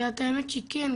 את האמת שכן,